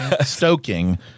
stoking